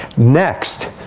next,